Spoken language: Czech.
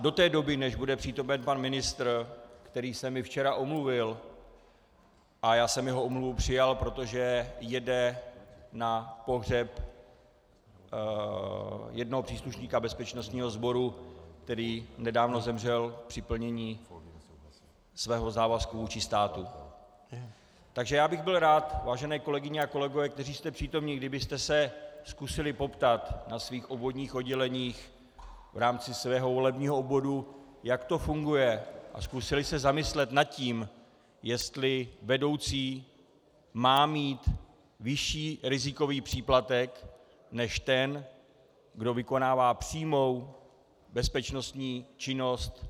Do té doby, než bude přítomen pan ministr, který se mi včera omluvil a já jsem jeho omluvu přijal, protože jede na pohřeb jednoho příslušníka bezpečnostního sboru, který nedávno zemřel při plnění svého závazku vůči státu , bych byl rád, vážené kolegyně a kolegové, kteří jste přítomni, kdybyste se zkusili poptat na svých obvodních odděleních v rámci svého volebního obvodu, jak to funguje, a zkusili se zamyslet nad tím, jestli vedoucí má mít vyšší rizikový příplatek než ten, kdo vykonává přímou bezpečnostní činnost.